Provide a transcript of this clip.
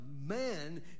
man